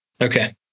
Okay